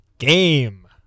game